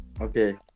Okay